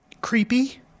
creepy